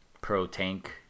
pro-tank